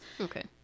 Okay